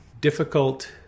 difficult